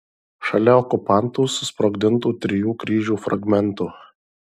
šalia okupantų susprogdintų trijų kryžių fragmentų